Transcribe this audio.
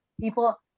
people